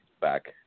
back